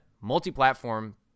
multi-platform